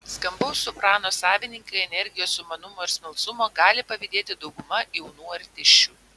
skambaus soprano savininkei energijos sumanumo ir smalsumo gali pavydėti dauguma jaunų artisčių